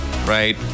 Right